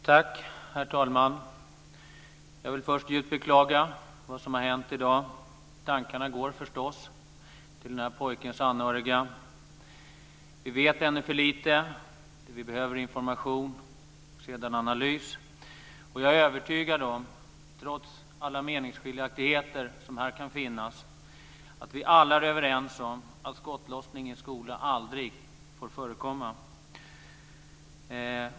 Herr talman! Jag vill först djupt beklaga vad som har hänt i dag. Tankarna går förstås till pojkens anhöriga. Vi vet ännu för lite. Vi behöver information och sedan analys. Och jag är övertygad om, trots alla meningsskiljaktigheter som här kan finnas, att vi alla är överens om att skottlossning i en skola aldrig får förekomma.